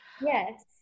Yes